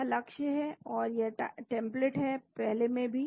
यह लक्ष्य है और यह टेम्पलेट है पहले में भी